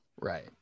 Right